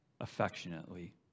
affectionately